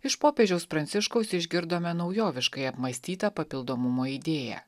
iš popiežiaus pranciškaus išgirdome naujoviškai apmąstytą papildomumo idėją